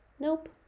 Nope